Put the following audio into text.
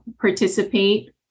participate